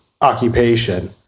occupation